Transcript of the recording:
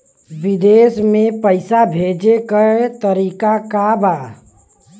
विदेश में पैसा भेजे के तरीका का बा?